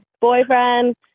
boyfriend